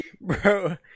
Bro